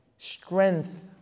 strength